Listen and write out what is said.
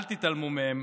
אל תתעלמו מהם,